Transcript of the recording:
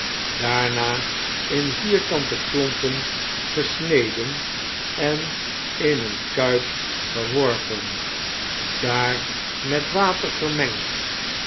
daarna in vierkante klompen gesneden en in een kuip geworpen daar met water